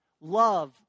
Love